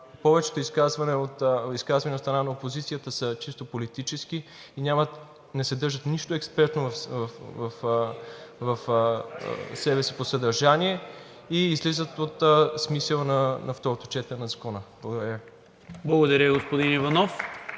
повечето изказвания от страна на опозицията са чисто политически и не съдържат нищо експертно в себе си по съдържание и излизат от смисъла на второто четене на Закона. Благодаря Ви. (Ръкопляскания